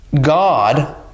God